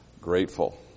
grateful